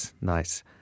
Nice